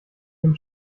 dem